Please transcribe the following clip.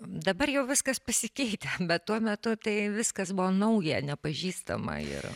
dabar jau viskas pasikeitę bet tuo metu tai viskas buvo nauja nepažįstama ir